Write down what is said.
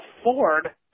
afford